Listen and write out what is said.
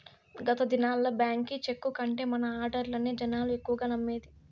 గత దినాల్ల బాంకీ చెక్కు కంటే మన ఆడ్డర్లనే జనాలు ఎక్కువగా నమ్మేది